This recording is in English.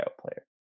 player